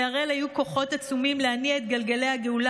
להראל היו כוחות עצומים להניע את גלגלי הגאולה,